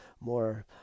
more